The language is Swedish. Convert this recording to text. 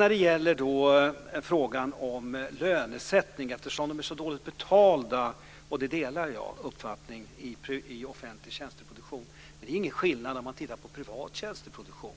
När det gäller frågan om lönesättning vill jag säga att jag delar uppfattningen att de anställda i offentlig tjänsteproduktion är dåligt betalda. Men det är ingen skillnad gentemot privat tjänsteproduktion.